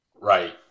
Right